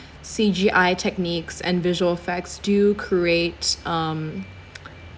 C_G_I techniques and visual effects do create s~ um